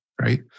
Right